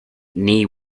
knee